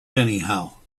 anyhow